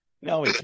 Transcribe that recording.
No